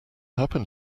happen